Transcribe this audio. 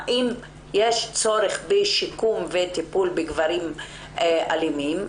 אם יש צורך בשיקום וטיפול בגברים אלימים,